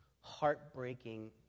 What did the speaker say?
heartbreaking